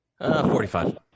45